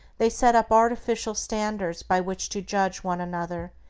they set up artificial standards by which to judge one another,